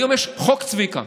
היום יש חוק צביקה.